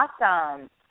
Awesome